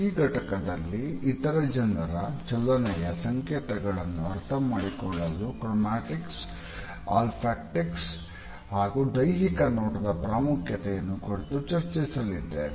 ಈ ಘಟಕದಲ್ಲಿ ಇತರೆ ಜನರ ಚಲನೆಯ ಸಂಕೇತಗಳನ್ನು ಅರ್ಥಮಾಡಿಕೊಳ್ಳಲು ಕ್ರೊಮ್ಯಾಟಿಕ್ಸ್ ಆಲ್ಫಟಿಕ್ಸ್ ಹಾಗೂ ದೈಹಿಕ ನೋಟದ ಪ್ರಾಮುಖ್ಯತೆಯನ್ನು ಕುರಿತು ಚರ್ಚಿಸಲಿದ್ದೇವೆ